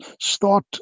start